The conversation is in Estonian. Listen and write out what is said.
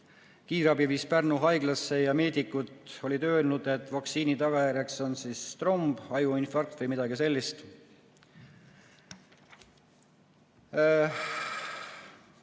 Kiirabi viis Pärnu haiglasse ja meedikud olid öelnud, et vaktsiini tagajärjeks on tromb, ajuinfarkt või midagi sellist. Neid